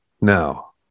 now